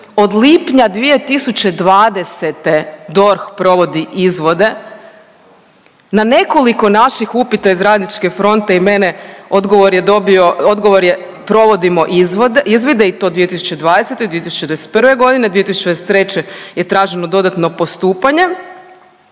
Od lipnja 2020. DORH provodi izvode na nekoliko naših upita iz Radničke fronte i mene odgovor je dobio, odgovor je provodimo izvide i to 2020. i 2021. godine, 2023. je traženo dodatno postupanje